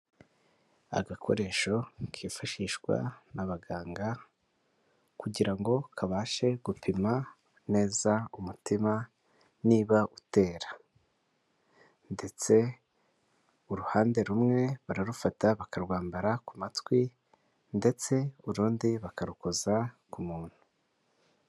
Agakoresho kifashishwa n'abaganga, kugirango kabashe gupima neza umutima niba utera, ndetse uruhande rumwe bararufata bakarwambara ku matwi ndetse urundi bakarukoza ku muntu.